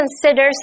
considers